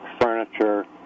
furniture